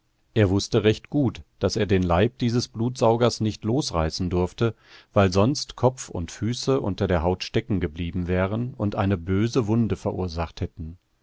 er wußte recht gut daß er den leib dieses blutsaugers nicht losreißen durfte weil sonst kopf und füße unter der haut stecken geblieben wären und eine böse wunde verursacht hätten